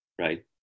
right